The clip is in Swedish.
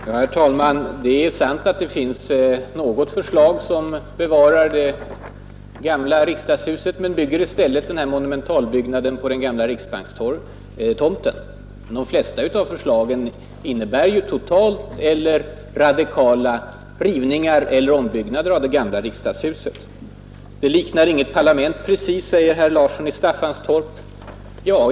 Herr talman! Det är sant att det finns något förslag som bevarar det gamla riksdagshuset och i stället placerar den nya monumentalbyggnaden på den gamla riksbankstomten. Men de flesta av förslagen innebär ju total rivning eller radikala ombyggnader av det gamla riksdagshuset. Det här huset liknar inget parlament precis, säger herr Larsson i Staffanstorp.